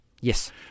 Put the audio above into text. Yes